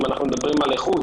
אם אנחנו מדברים על איכות,